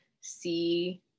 see